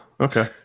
okay